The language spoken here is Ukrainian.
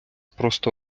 просто